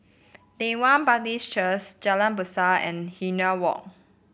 Leng Kwang Baptist Cheers Jalan Besar and Hindhede Walk